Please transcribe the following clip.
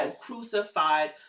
crucified